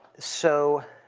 so